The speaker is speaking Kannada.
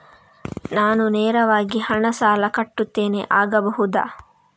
ನಾನು ನೇರವಾಗಿ ಹಣ ಸಾಲ ಕಟ್ಟುತ್ತೇನೆ ಆಗಬಹುದ?